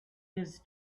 his